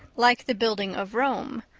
like the building of rome,